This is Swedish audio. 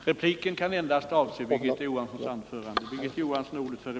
Repliken kan endast avse Birgitta Johanssons anförande.